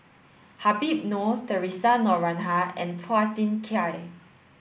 Habib Noh Theresa Noronha and Phua Thin Kiay